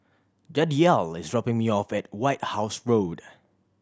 Jadiel is dropping me off at White House Road